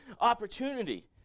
opportunity